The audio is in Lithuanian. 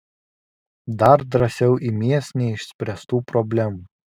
dar drąsiau imies neišspręstų problemų